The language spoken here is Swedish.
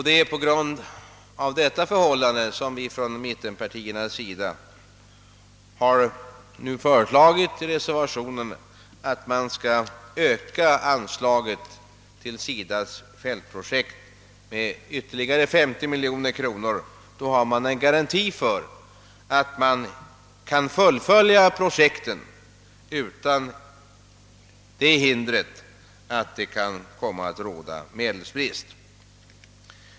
Det är på grund av detta förhållande som mittenpartierna i reservationen har föreslagit att anslaget till SIDA:s fältprojekt skall ökas med ytterligare 50 miljoner kronor. Därigenom får man en garanti för att SIDA kan fullfölja projekten utan hinder av att det kan komma att råda medelsbrist.